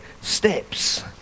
steps